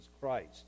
Christ